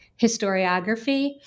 historiography